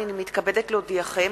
אני מתכבדת להודיעכם,